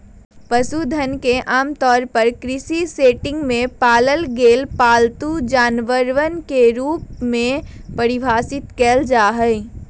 पशुधन के आमतौर पर कृषि सेटिंग में पालल गेल पालतू जानवरवन के रूप में परिभाषित कइल जाहई